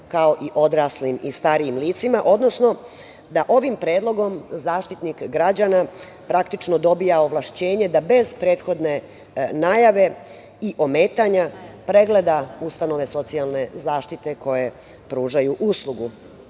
kao i odraslim i starim licima, odnosno da ovim predlogom Zaštitnik građana praktično dobija ovlašćenje da bez prethodne najave i ometanja, pregleda ustanove socijalne zaštite koje pružaju uslugu. Još